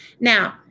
Now